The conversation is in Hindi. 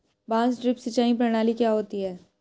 बांस ड्रिप सिंचाई प्रणाली क्या होती है?